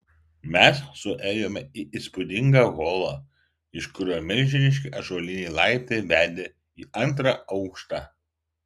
mes suėjome į įspūdingą holą iš kurio milžiniški ąžuoliniai laiptai vedė į antrą aukštą